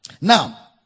Now